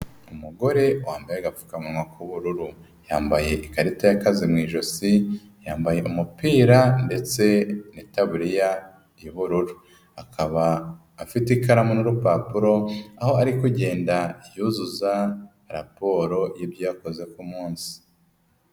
Umugore wambaye agapfukamunwa k'ubururu; yambaye ikarita y'akaze mu ijosi, yambaye umupira ndetse n'itaburiya y'ubururu, akaba afite ikaramu n'urupapuro, aho ari kugenda yuzuza raporo y'ibyo yakoze ku munsi.